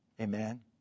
Amen